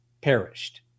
perished